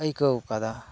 ᱟᱹᱭᱠᱟᱹᱣ ᱟᱠᱟᱫᱟ